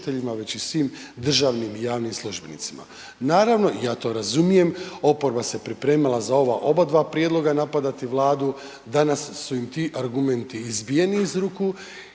već i svim državnim i javnim službenicima. Naravno, i ja to razumijem, oporba se pripremala za ova oba dva prijedloga napadati Vladu, danas su im ti argumenti izbijeni iz ruke